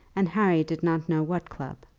and harry did not know what club.